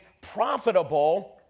profitable